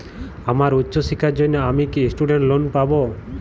আমার উচ্চ শিক্ষার জন্য আমি কি স্টুডেন্ট লোন পাবো